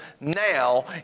now